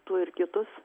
tuo ir kitus